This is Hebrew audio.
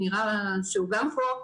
נראה שהוא גם פה,